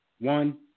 one